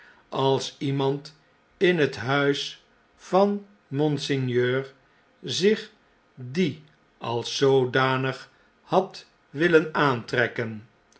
als iemand in het huis van monseigneur zich die als zoodanig had willen aantrekken